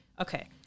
Okay